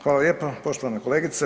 Hvala lijepo poštovana kolegice.